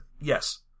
Yes